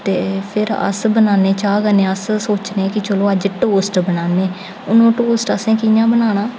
ते फिर अस बनाने चाह् कन्नै अस सोचनें की चलो अज्ज टोस्ट बनाने हून टोस्ट ओह् असें कि'यां बनाना